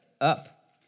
up